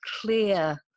clear